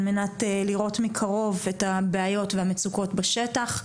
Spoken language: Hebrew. מנת לראות מקרוב את הבעיות והמצוקות בשטח,